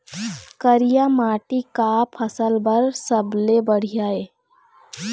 करिया माटी का फसल बर सबले बढ़िया ये?